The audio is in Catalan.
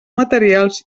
materials